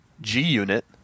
G-Unit